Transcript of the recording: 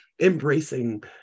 embracing